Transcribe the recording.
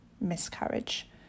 miscarriage